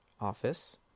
Office